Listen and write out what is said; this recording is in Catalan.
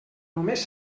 només